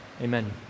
amen